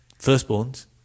firstborns